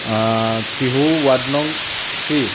Tihu ward নং three